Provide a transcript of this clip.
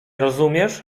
rozumiesz